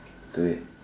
to it